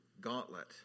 gauntlet